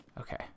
Okay